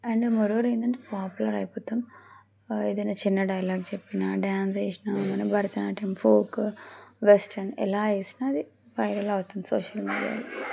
and moreover ఏంటంటే popular అయిపోతాము ఏదైనా చిన్న డైలాగ్ చెప్పినా డ్యాన్స్ వేసినా మన భరతనాట్యం ఫోక్ వెస్ట్రన్ ఎలా వేసినా అది వైరల్ అవుతుంది సోషల్ మీడియా